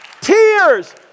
tears